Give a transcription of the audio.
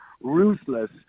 ruthless